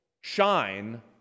shine